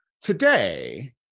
today